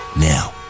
Now